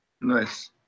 Nice